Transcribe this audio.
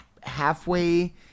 halfway